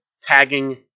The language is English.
tagging